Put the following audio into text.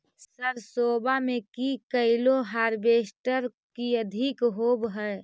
सरसोबा मे की कैलो हारबेसटर की अधिक होब है?